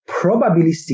probabilistic